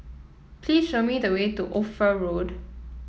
please show me the way to Ophir Road